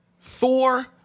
Thor